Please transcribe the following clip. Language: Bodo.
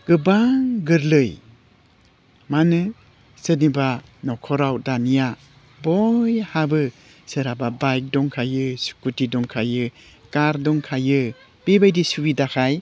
गोबां गोरलै मानो सोरनिबा नख'राव दानिया बयहाबो सोरहाबा बाइक दंखायो स्कुटि दंखायो कार दंखायो बेबायदि सुबिदाखाय